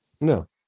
No